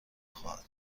خواهد